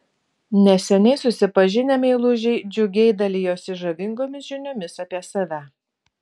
neseniai susipažinę meilužiai džiugiai dalijosi žavingomis žiniomis apie save